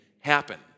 happen